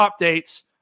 updates